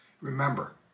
Remember